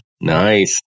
nice